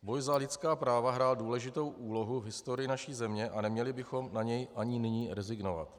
Boj za lidská práva hrál důležitou úlohu v historii naší země a neměli bychom na něj ani nyní rezignovat.